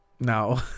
no